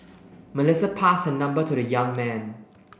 Melissa passed her number to the young man